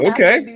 Okay